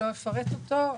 לא אפרט אותו.